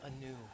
anew